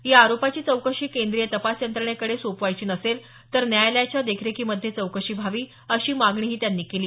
या आरोपाची चौकशी केंद्रीय तपास यंत्रणेकडे सोपवायची नसेल तर न्यायालयाच्या देखरेखीमध्ये चौकशी व्हावी अशी मागणीही त्यांनी केली